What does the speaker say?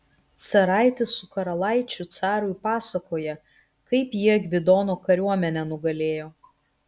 caraitis su karalaičiu carui pasakoja kaip jie gvidono kariuomenę nugalėjo